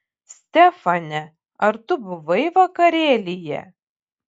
stefane ar tu buvai vakarėlyje